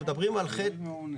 לא עונה.